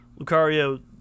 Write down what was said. Lucario